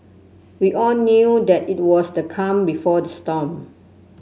we all knew that it was the calm before the storm